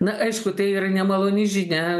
na aišku tai yra nemaloni žinia